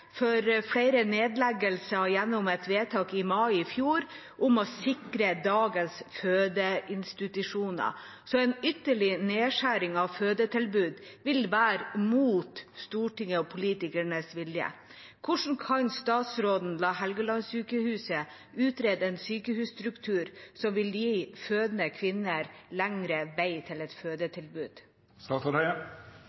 for flere nedleggelser gjennom et vedtak i mai i fjor om å sikre dagens fødeinstitusjoner, så en ytterligere nedskjæring av fødetilbud vil være mot politikernes vilje. Hvordan kan statsråden la Helgelandssykehuset utrede en sykehusstruktur som vil gi fødende kvinner lengre vei til et